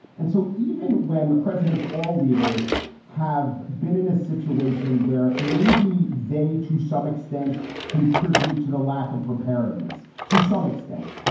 and so even when the president's all leaders have been in a situation where maybe they to some extent contribute to the lack of preparedness. to some extent,